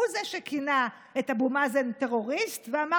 הוא שכינה את אבו מאזן טרוריסט ואמר